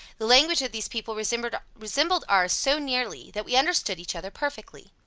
the language of these people resembled resembled ours so nearly, that we understood each other perfectly.